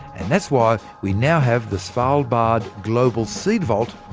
and that's why we now have the svalbard global seed vault,